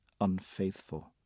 unfaithful